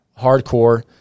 hardcore